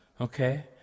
okay